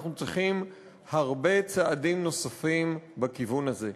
צריכים הרבה צעדים נוספים בכיוון הזה.